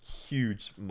huge